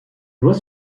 doit